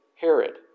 Herod